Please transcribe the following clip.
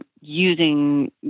using